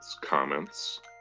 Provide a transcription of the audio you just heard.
comments